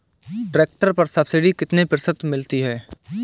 Tractor पर subsidy कितने प्रतिशत मिलती है?